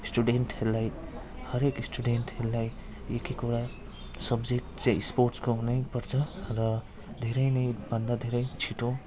स्टुडेन्टहरूलाई हरेक स्टुडेन्टहरूलाई एक एकवटा सब्जेक्ट चाहिँ स्पोट्सको हुनैपर्छ र धेरै नै भन्दा धेरै छिटो